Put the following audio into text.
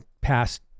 past